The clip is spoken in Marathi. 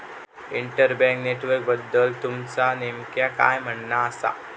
इंटर बँक नेटवर्कबद्दल तुमचा नेमक्या काय म्हणना आसा